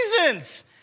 reasons